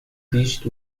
dished